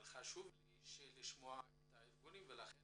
אבל חשוב לי לשמוע את הארגונים ולכן